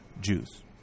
Jews